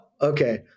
Okay